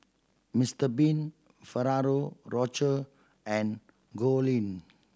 Mister Bean Ferrero Rocher and Goldlion